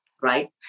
right